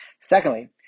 Secondly